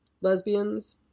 lesbians